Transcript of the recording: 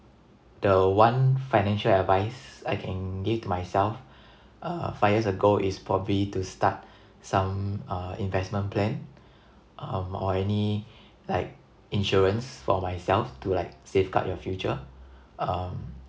the one financial advice I can give to myself uh five years ago is probably to start some uh investment plan um or any like insurance for myself to like safeguard your future um